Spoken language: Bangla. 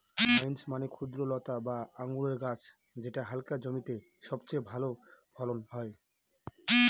ভাইন্স মানে দ্রক্ষলতা বা আঙুরের গাছ যেটা হালকা জমিতে সবচেয়ে ভালো ফলন হয়